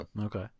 Okay